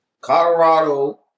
Colorado